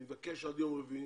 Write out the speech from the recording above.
אני מבקש עד יום רביעי